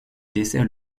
dessert